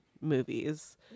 movies